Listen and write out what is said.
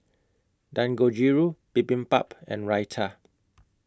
Dangojiru Bibimbap and Raita